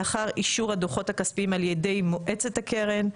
לאחר אישור הדו"חות הכספיים על ידי מועצת הקרן,